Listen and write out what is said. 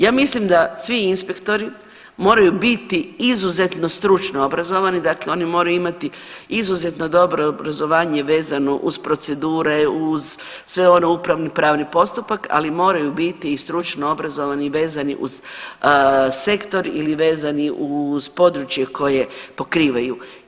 Ja mislim da svi inspektori moraju biti izuzetno stručno obrazovani, dakle oni moraju imati izuzetno dobro obrazovanje vezano uz procedure, uz sve ono upravni pravni postupak, ali moraju biti i stručno obrazovani i vezani uz sektor ili vezani uz područje koje pokrivaju.